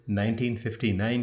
1959